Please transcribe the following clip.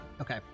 Okay